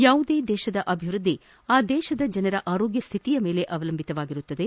ಯಾವುದೇ ದೇಶದ ಅಭಿವೃದ್ದಿ ಆ ದೇಶದ ಜನರ ಆರೋಗ್ಯ ಸ್ಥಿತಿಯ ಮೇಲೆ ಅವಲಂಬಿತವಾಗಿರುತ್ತದೆ